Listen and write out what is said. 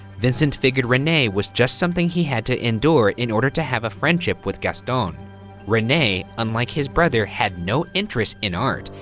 vincent figured rene was just something he had to endure in order to have a friendship with gaston. rene, unlike his brother, had no interest in art,